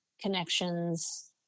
connections